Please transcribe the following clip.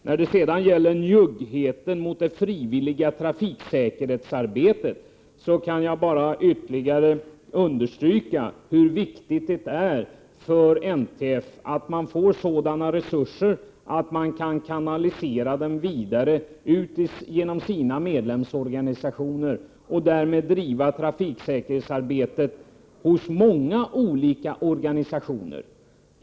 När det sedan gäller njuggheten mot det frivilliga trafiksäkerhetsarbetet kan jag bara ytterligare understryka hur viktigt det är för NTF att få sådana resurser att man kan kanalisera dem vidare ut genom sina medlemsorganisationer och därmed driva trafiksäkerhetsarbetet hos många olika organisationer.